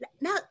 now